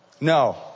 No